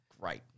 great